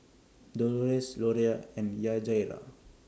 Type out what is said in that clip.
Dolores Loria and Yajaira